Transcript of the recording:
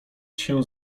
się